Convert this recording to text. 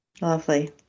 lovely